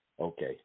Okay